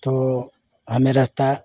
तो हमें रास्ता